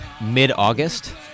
mid-August-